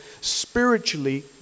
spiritually